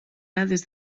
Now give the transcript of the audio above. dades